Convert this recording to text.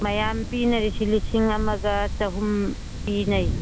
ꯃꯌꯥꯝ ꯄꯤꯅꯔꯤꯁꯤ ꯂꯤꯁꯤꯡ ꯑꯃꯒ ꯆꯍꯨꯝ ꯄꯤꯅꯩ